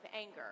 anger